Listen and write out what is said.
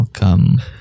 Welcome